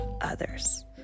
others